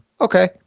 okay